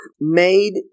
Made